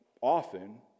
often